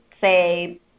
say